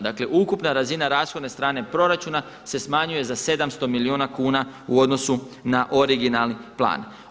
Dakle ukupna razina rashodovne strane proračuna se smanjuje za 700 milijuna kuna u odnosu na originalni plan.